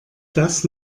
das